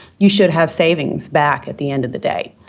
you should have savings back at the end of the day.